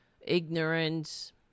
ignorance